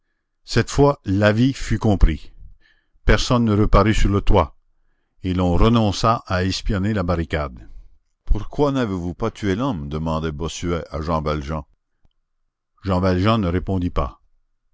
cette fois l'avis fut compris personne ne reparut sur le toit et l'on renonça à espionner la barricade pourquoi n'avez-vous pas tué l'homme demanda bossuet à jean valjean jean valjean ne répondit pas